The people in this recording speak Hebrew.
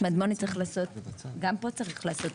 גם פה צריך לעשות,